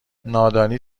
نادانی